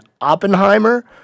Oppenheimer